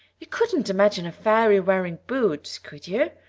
you couldn't imagine a fairy wearing boots, could you?